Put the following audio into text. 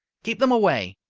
keep them away!